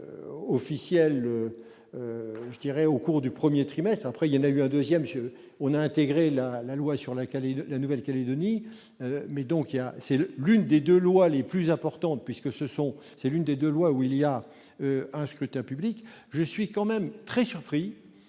officiel je dirais au cours du 1er trimestre après il y a eu un 2ème jeu on a intégré la loi sur la qualité, la Nouvelle-Calédonie mais donc il y a, c'est l'une des 2 lois les plus importantes, puisque ce sont, c'est l'une des 2 lois où il y a un scrutin public, je suis quand même très surpris